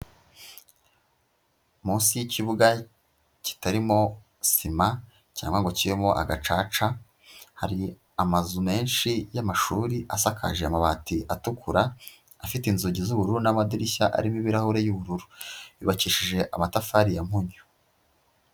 Munsi y'ikibuga kitarimo sima cyangwa ngo kibemo agacaca, hari amazu menshi y'amashuri asakaje amabati atukura, afite inzugi z'ubururu n'amadirishya arimo ibirahure y'ubururu, yubakishije amatafari ya mpunyu.